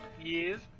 Yes